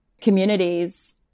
communities